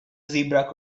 zebra